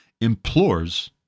implores